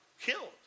killed